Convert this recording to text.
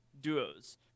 duos